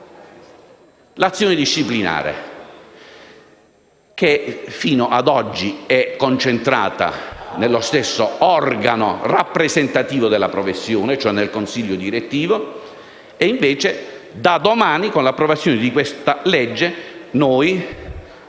L'azione disciplinare, fino ad oggi concentrata nello stesso organo rappresentativo della professione, il consiglio direttivo, da domani, con l'approvazione di questo disegno